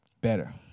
Better